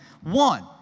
one